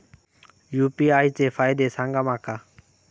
UPI चे फायदे सांगा माका?